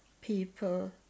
people